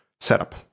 setup